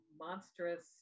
monstrous